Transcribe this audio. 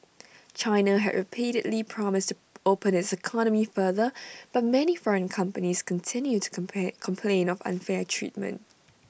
China has repeatedly promised to open its economy further but many foreign companies continue to come pay complain of unfair treatment